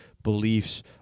beliefs